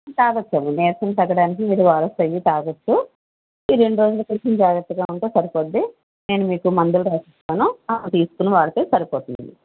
తాగ వచ్చండి నీరసం తగ్గడానికి మీరు ఓఆర్ఎస్ అవి తాగవచ్చు ఈ రెండు రోజులు కొంచెం జాగ్రత్తగా ఉంటే సరిపోతుంది నేను మీకు మందులు రాసిస్తాను అవి తీసుకొని వాడితే సరిపోతుందండి